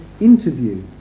interview